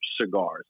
cigars